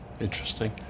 Interesting